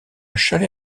chalet